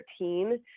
2013